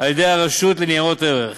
על-ידי הרשות לניירות ערך.